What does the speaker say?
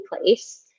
place